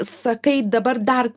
sakai dabar dar